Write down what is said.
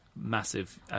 massive